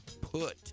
Put